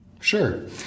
Sure